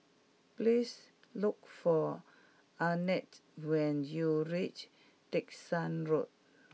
please look for Arnett when you reach Dickson Road